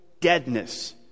deadness